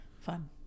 fun